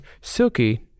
Silky